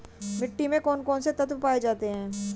मिट्टी में कौन कौन से तत्व पाए जाते हैं?